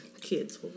kids